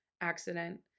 accident